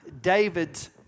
David's